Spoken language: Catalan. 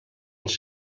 als